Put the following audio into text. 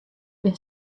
bin